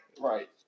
Right